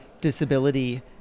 disability